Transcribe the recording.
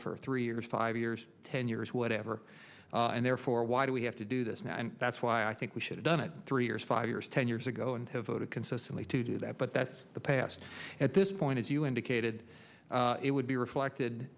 for three years five years ten years whatever and therefore why do we have to do this now and that's why i think we should've done it three years five years ten years go and have voted consistently to do that but that's the past at this point as you indicated it would be reflected